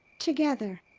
together.